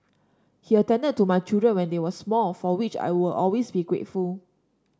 he attended to my children when they were small for which I will always be grateful